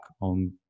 on